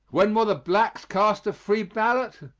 when will the blacks cast a free ballot?